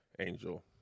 Angel